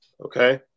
Okay